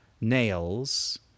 nails